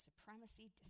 supremacy